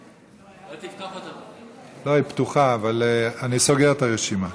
היא פתוחה, אבל אני סוגר את הרשימה.